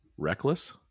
Reckless